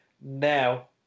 Now